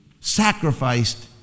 sacrificed